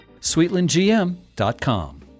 sweetlandgm.com